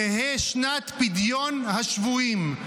תהא שנת פדיון השבויים,